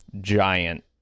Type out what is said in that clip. giant